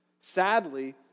Sadly